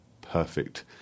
perfect